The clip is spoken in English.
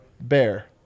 bear